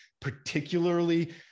particularly